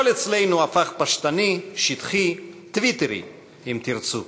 הכול אצלנו הפך פשטני, שטחי, טוויטרי, אם תרצו,